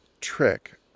trick